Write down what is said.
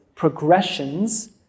progressions